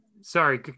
sorry